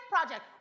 project